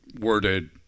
worded